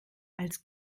als